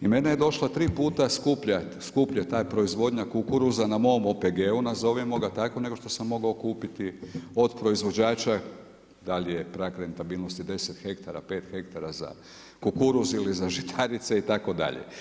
i mene je došla tri puta skuplja ta proizvodnja kukuruza na mom OPG-u nazovimo ga tako nego što sam mogao kupiti od proizvođača, da li je prag rentabilnosti 10 hektara, 5 hektara za kukuruz ili za žitarice itd.